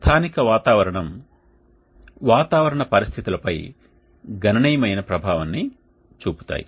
స్థానిక వాతావరణం పరిస్థితులు స్థానిక వాతావరణ పరిస్థితులపై గణనీయమైన ప్రభావాన్ని చూపుతాయి